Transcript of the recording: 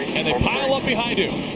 and they pile up behind him.